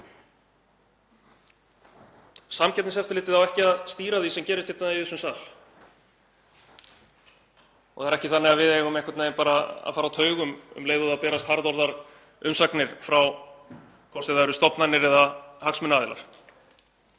Samkeppniseftirlitið á ekki að stýra því sem gerist hér í þessum sal og það er ekki þannig að við eigum einhvern veginn bara að fara á taugum um leið og það berast harðorðar umsagnir hvort sem er frá stofnunum eða hagsmunaaðilum.